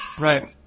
Right